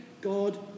God